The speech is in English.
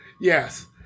Yes